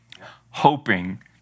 hoping